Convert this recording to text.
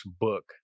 book